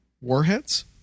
warheads